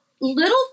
little